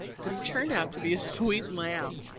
but he turned out to be a sweet lamb.